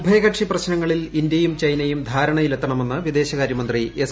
ഉഭയകക്ഷി പ്രശ്നങ്ങളിൽ ഇന്ത്യയും ചൈനയും ധാരണയിൽ എത്തണമെന്ന് വിദേശകാര്യ മന്ത്രി എസ്